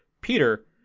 Peter